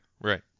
right